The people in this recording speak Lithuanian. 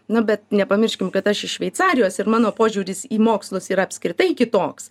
na bet nepamirškim kad aš iš šveicarijos ir mano požiūris į mokslus yra apskritai kitoks